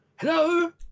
hello